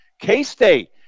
K-State